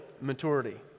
maturity